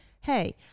hey